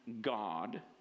God